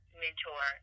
mentor